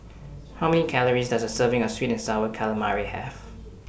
How Many Calories Does A Serving of Sweet and Sour Calamari Have